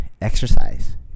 exercise